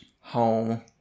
home